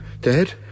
Dead